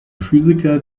physiker